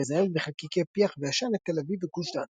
המזהמת בחלקיקי פיח ועשן את תל אביב וגוש דן.